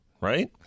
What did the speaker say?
Right